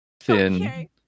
thin